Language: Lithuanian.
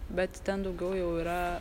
bet ten daugiau jau yra